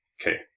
Okay